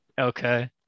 Okay